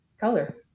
color